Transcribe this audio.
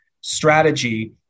strategy